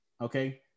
Okay